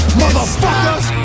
motherfuckers